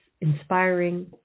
inspiring